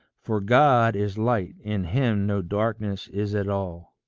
for god is light in him no darkness is at all.